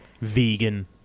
Vegan